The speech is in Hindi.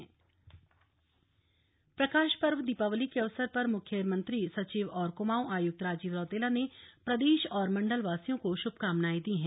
शुभकामनाएं नैनीताल प्रकाश पर्व दीपावली के अवसर पर मुख्यमंत्री सचिव और कुमाऊं आयुक्त राजीव रौतेला ने प्रदेश और मण्डल वासियों को शुभकामनाएं दी हैं